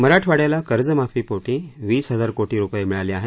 मराठवाड्याला कर्जमाफीपोटी वीस हजार कोटी रूपये मिळाले आहेत